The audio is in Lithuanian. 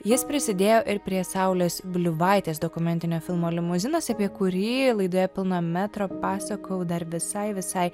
jis prisidėjo ir prie saulės bliuvaitės dokumentinio filmo limuzinas apie kurį laidoje pilno metro pasakojau dar visai visai